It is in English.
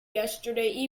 yesterday